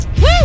Woo